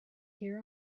hear